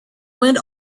wind